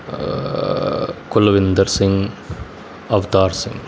Kulwinder Singh Avtar Singh